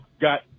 got